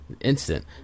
instant